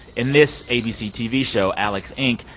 in this abc tv show, alex, inc,